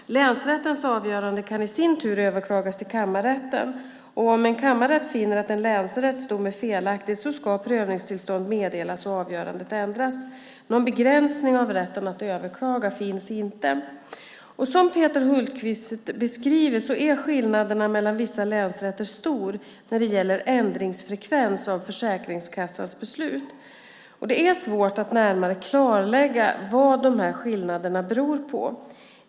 Länsrättens avgörande kan i sin tur överklagas till kammarrätten. Om en kammarrätt finner att en länsrätts dom är felaktig ska prövningstillstånd meddelas och avgörandet ändras. Någon begränsning av rätten att överklaga finns inte. Som Peter Hultqvist beskriver är skillnaderna mellan vissa länsrätter stora när det gäller ändringsfrekvens av Försäkringskassans beslut. Det är svårt att närmare klarlägga vad dessa skillnader beror på.